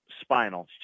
spinal